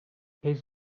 his